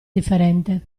differente